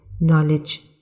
knowledge